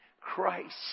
Christ